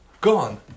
Gone